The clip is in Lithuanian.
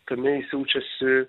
tame jis jaučiasi